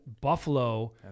Buffalo